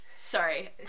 Sorry